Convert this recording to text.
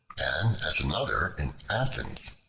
and at another in athens,